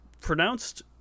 pronounced